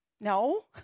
No